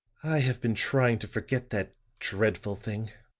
have been trying to forget that dreadful thing,